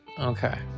Okay